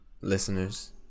listeners